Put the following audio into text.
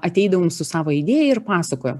ateidavom su savo idėja ir pasakojom